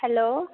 hello